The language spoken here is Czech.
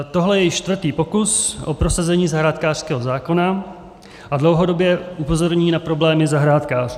Tohle je čtvrtý pokus o prosazení zahrádkářského zákona a dlouhodobě upozorní na problémy zahrádkářů.